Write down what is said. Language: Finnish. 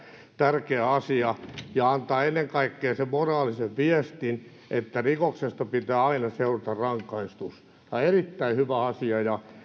tärkeä asia ja antaa ennen kaikkea sen moraalisen viestin että rikoksesta pitää aina seurata rangaistus tämä on erittäin hyvä asia ja